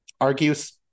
argues